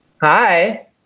hi